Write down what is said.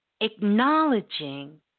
acknowledging